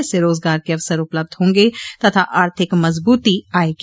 इससे रोजगार के अवसर उपलब्ध होंगे तथा आर्थिक मजबूती आयेगी